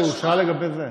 הוא שאל לגבי זה,